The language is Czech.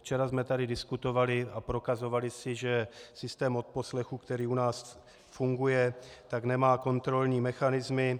Včera jsme tady diskutovali a prokazovali si, že systém odposlechů, kteří u nás funguje, nemá kontrolní mechanismy.